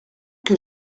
que